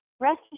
rest